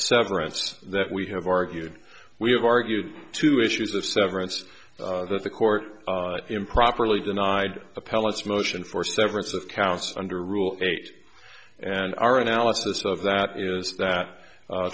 severance that we have argued we have argued two issues of severance that the court improperly denied appellants motion for severance of couse under rule eight and our analysis of that is that